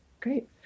Great